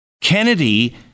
Kennedy